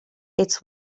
its